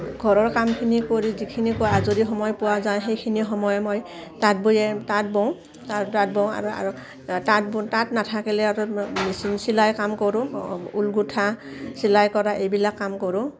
ঘৰৰ কামখিনি কৰি যিখিনি ক আজৰি সময় পোৱা যায় সেইখিনি সময়ে মই তাঁত বৈয়ে তাঁত বওঁ ত তাঁত বওঁ আৰু আৰু তাঁত ব তাঁত নাথাকিলে আৰু মেচিন চিলাই কাম কৰোঁ ঊল গুঠা চিলাই কৰা এইবিলাক কাম কৰোঁ